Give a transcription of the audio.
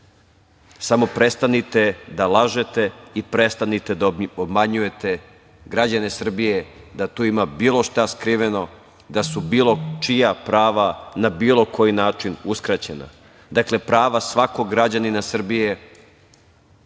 prestanite da lažete i prestanite da obmanjujete građane Srbije da tu ima bilo šta skriveno, da su bilo čija prava na bilo koji način uskraćena. Dakle, prava svakog građanina Srbije